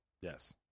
Yes